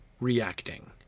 reacting